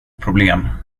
problem